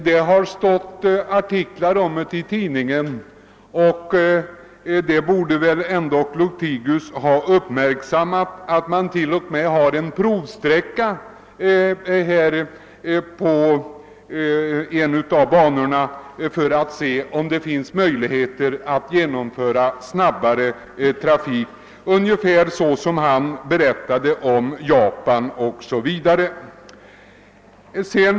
Det har stått artiklar om detta i tidningarna, så nog borde herr Lothigius ha uppmärksammat att man t.o.m. har en provsträcka för att undersöka om det finns möjligheter att genomföra snabbare trafik, ungefär på samma sätt som man — såsom herr Lothigius själv beskrev — har bl.a. i Japan.